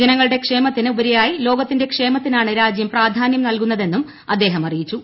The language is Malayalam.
ജനങ്ങളുടെ ക്ഷേമത്തിന് ഉപരിയായി ലോകത്തിന്റെ ക്ഷേമത്തിനാണ് രാജ്യം പ്രാധാന്യം നൽകുന്നതെന്നും അദ്ദേഹം അറിയിച്ചു